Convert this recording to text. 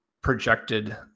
projected